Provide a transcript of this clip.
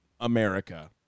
America